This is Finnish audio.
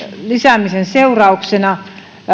lisäämisen seurauksena